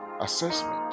assessment